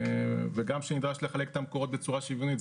וגם שנדרש לחלק את המקורות בצורה שוויונית,